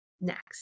next